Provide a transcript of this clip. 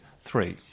three